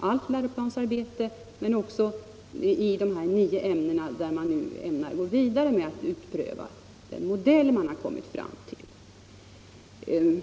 allt läroplansarbete men också till de nio ämnen där man nu har för avsikt att gå vidare med att utpröva den modell man har kommit fram till.